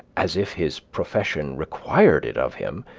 as if his profession required it of him,